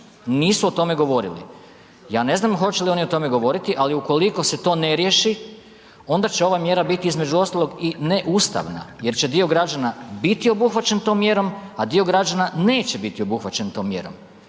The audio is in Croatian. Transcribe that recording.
nisu o tome govorili. Ja ne znam hoće li oni o tome govoriti, ali ukoliko se to ne riješi onda će ova mjera biti između ostaloga i neustavna jer će dio građana biti obuhvaćen tom mjerom, a dio građana neće biti obuhvaćen tom mjerom.